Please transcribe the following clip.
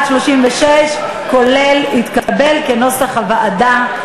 (36), כהצעת הוועדה,